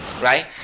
right